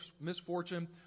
misfortune